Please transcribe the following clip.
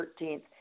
13th